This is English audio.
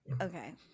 Okay